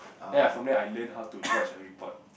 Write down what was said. ya from there I learnt how to lodge a report